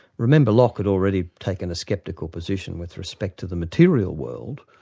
remember locke had already taken a sceptical position with respect to the material world.